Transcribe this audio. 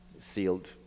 sealed